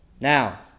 Now